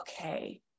okay